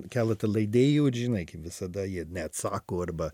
keleta leidėjų ir žinai kaip visada jie neatsako arba